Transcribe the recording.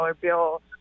bill